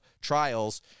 trials